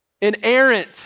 inerrant